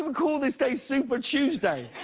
um call this day super tuesday?